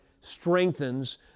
strengthens